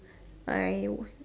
I